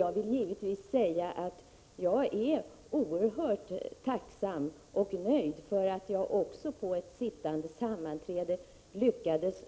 Jag är givetvis oerhört tacksam för det och nöjd med att jag inför sittande sammanträde lyckades